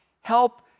Help